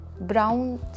brown